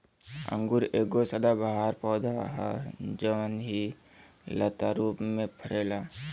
अंगूर एगो सदाबहार पौधा ह जवन की लता रूप में फरेला